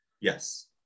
Yes